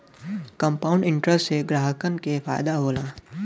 compound interest से ग्राहकन के फायदा होला